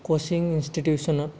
coaching ইন্সটিটিউচনত